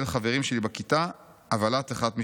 חברים שלי בכיתה: 'אבל את אחת משלנו',